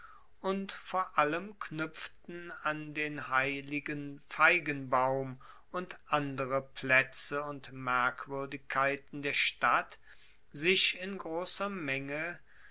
und vor allem knuepften an den heiligen feigenbaum und andere plaetze und merkwuerdigkeiten der stadt sich in grosser menge